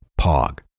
POG